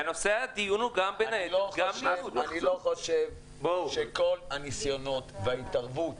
אני לא חושב שכל הניסיונות וההתערבות